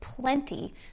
plenty